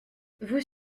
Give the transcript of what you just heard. vous